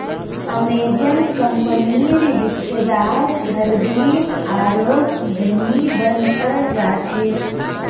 Amazon कंपनीर हिस्सेदार हरदिन आरोह धनी बन त जा छेक